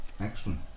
excellent